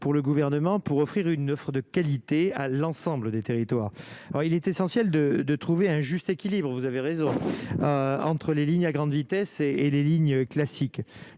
pour le gouvernement, pour offrir une offre de qualité à l'ensemble des territoires, alors il est essentiel de, de trouver un juste équilibre où vous avez raison, entre les lignes à grande vitesse et et les lignes classiques,